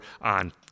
on